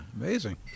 Amazing